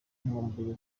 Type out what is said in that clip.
nkumbuye